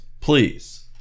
please